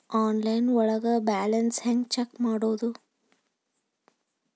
Online ಒಳಗೆ balance ಹ್ಯಾಂಗ check ಮಾಡೋದು?